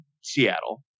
Seattle